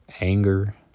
Anger